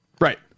right